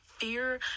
fear